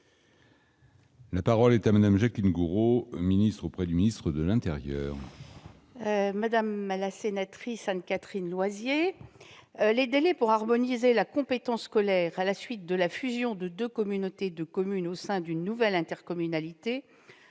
La parole est à Mme la ministre auprès du ministre d'État, ministre de l'intérieur. Madame la sénatrice Loisier, les délais pour harmoniser la compétence scolaire à la suite de la fusion de deux communautés de communes au sein d'une nouvelle intercommunalité